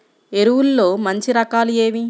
ఎరువుల్లో మంచి రకాలు ఏవి?